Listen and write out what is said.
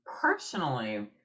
Personally